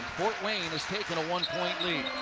fort wayne has taken a one-point lead.